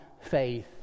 faith